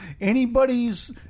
anybody's